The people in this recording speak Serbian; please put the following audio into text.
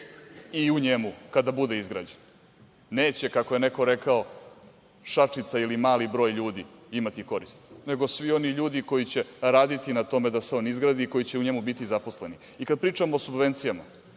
i u njemu kada bude izgrađen, neće, kako je neko rekao, šačica ili mali broj ljudi imati korist, nego svi oni ljudi koji će raditi na tome da se on izgradi, koji će u njemu biti zaposleni. Kada pričamo o subvencijama,